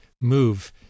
move